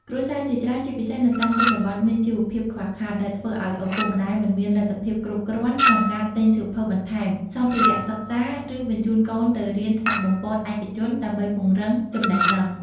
គ្រួសារជាច្រើន ជាពិសេសនៅតាមជនបទ មានជីវភាពខ្វះខាត ដែលធ្វើឱ្យឪពុកម្តាយមិនមានលទ្ធភាពគ្រប់គ្រាន់ក្នុងការទិញសៀវភៅបន្ថែម សម្ភារៈសិក្សា ឬបញ្ជូនកូនទៅរៀនថ្នាលបំប៉នឯកជនដើម្បីពង្រឹងចំណេះដឹង។